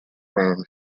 from